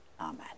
Amen